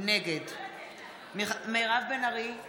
נגד מירב בן ארי, בעד